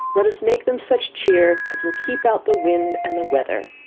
let us make them such cheer as will keep out the wind and the weather,